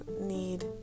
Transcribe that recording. need